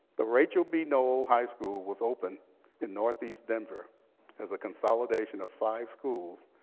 the rachel b. noel high school was opened in northeast denver as a consolidation of five schools,